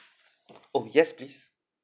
oh yes please